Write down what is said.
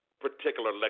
particular